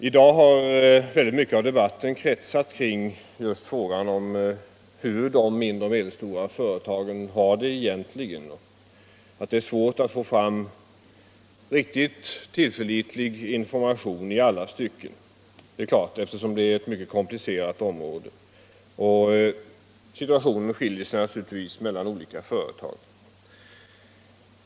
I dag har mycket av debatten kretsat just kring frågan hur de mindre och medelstora företagen egentligen har det, och det har framgått att det är svårt att i alla stycken få fram riktigt tillförlitlig information. Det är inte så konstigt, eftersom detta är ett mycket komplicerat område och situationen är olika i olika företag.